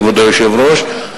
כבוד היושב-ראש.